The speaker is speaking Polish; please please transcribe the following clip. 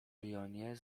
lyonie